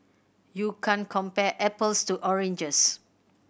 you can't compare apples to oranges